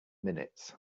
minutes